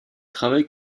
travaille